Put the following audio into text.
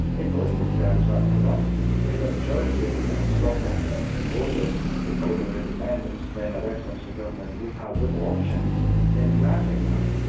in political terms that's a nonsense. if a majority of people in scotland voted in favour of independence, then a westminster government would have little option in granting that.